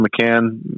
McCann